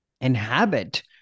inhabit